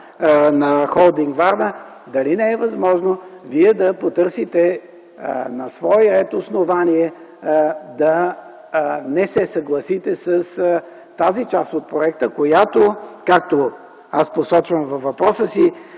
на „Холдинг Варна”. Дали не е възможно Вие да потърсите на свой ред основание да не се съгласите с тази част от проекта, която, както аз посочвам във въпроса си,